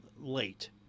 late